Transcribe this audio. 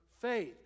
faith